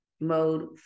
mode